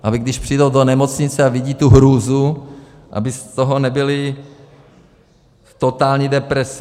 Aby když přijdou do nemocnice a vidí tu hrůzu, aby z toho nebyli v totální depresi.